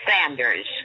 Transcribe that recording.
Sanders